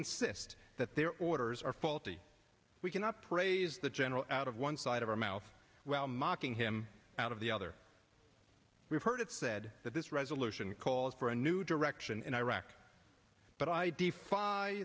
insist that their orders are faulty we cannot praise the general out of one side of our mouth while mocking him out of the other we've heard it said that this resolution calls for a new direction in iraq but i d